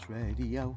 Radio